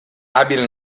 abile